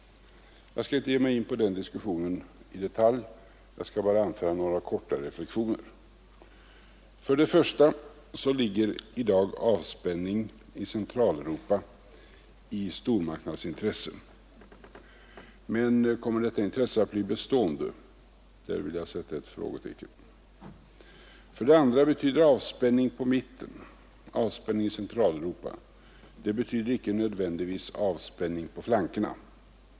Jag skall inte ge mig in på den diskussionen i detalj, jag skall bara anföra några korta reflexioner. För det första ligger i dag avspänning i Centraleuropa i stormakternas intresse. Men kommer detta intresse att bli bestående? Där vill jag alltså sätta ett frågetecken. För det andra betyder avspänning på mitten — avspänning i Centraleuropa — icke nödvändigtvis avspänning på flankerna.